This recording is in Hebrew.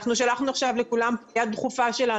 אנחנו שלחנו עכשיו לכולם פנייה דחופה שלנו.